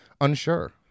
unsure